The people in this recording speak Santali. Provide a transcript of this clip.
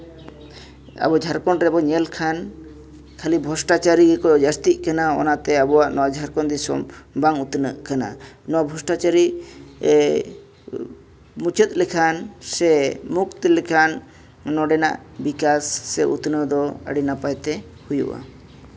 ᱟᱵᱚ ᱡᱷᱟᱲᱠᱷᱚᱸᱰ ᱨᱮᱵᱚᱱ ᱧᱮᱞ ᱠᱷᱟᱱ ᱠᱷᱟᱹᱞᱤ ᱵᱷᱨᱚᱥᱴᱟᱪᱟᱹᱨᱤ ᱜᱮᱠᱚ ᱡᱟᱹᱥᱛᱤᱜ ᱠᱟᱱᱟ ᱚᱱᱟᱛᱮ ᱟᱵᱚᱣᱟ ᱱᱚᱣᱟ ᱡᱷᱟᱲᱠᱷᱚᱸᱰ ᱫᱤᱥᱚᱢ ᱵᱟᱝ ᱩᱛᱱᱟᱹᱜ ᱠᱟᱱᱟ ᱱᱚᱣᱟ ᱵᱷᱨᱚᱥᱴᱟᱪᱟᱹᱨᱤ ᱢᱩᱪᱟᱹᱫ ᱞᱮᱠᱷᱟᱱ ᱥᱮ ᱢᱩᱠᱛ ᱞᱮᱠᱷᱟᱱ ᱱᱚᱰᱮᱱᱟᱜ ᱵᱤᱠᱟᱥ ᱥᱮ ᱩᱛᱱᱟᱹᱣ ᱫᱚ ᱟᱹᱰᱤ ᱱᱟᱯᱟᱭᱛᱮ ᱦᱩᱭᱩᱜᱼᱟ